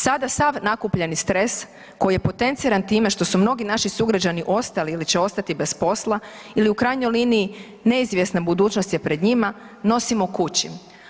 Sada sam nakupljeni stres koji je potenciran time što su mnogi naši sugrađani ostali ili će ostati bez posla ili u krajnjoj liniji, neizvjesna budućnost je pred njima, nosimo kući.